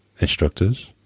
instructors